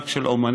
רק על אומנים?